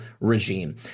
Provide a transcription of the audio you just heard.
regime